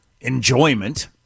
enjoyment